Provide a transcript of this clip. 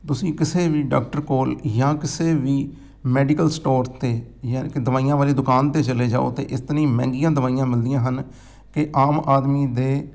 ਤੁਸੀਂ ਕਿਸੇ ਵੀ ਡਾਕਟਰ ਕੋਲ ਜਾਂ ਕਿਸੇ ਵੀ ਮੈਡੀਕਲ ਸਟੋਰ 'ਤੇ ਜਾਂ ਇੱਕ ਦਵਾਈਆਂ ਵਾਲੀ ਦੁਕਾਨ 'ਤੇ ਚਲੇ ਜਾਓ ਤਾਂ ਇਤਨੀ ਮਹਿੰਗੀਆਂ ਦਵਾਈਆਂ ਮਿਲਦੀਆਂ ਹਨ ਕਿ ਆਮ ਆਦਮੀ ਦੇ